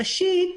ראשית,